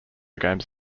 games